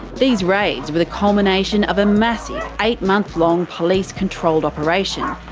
these raids were the culmination of a massive, eight-month long police controlled operation,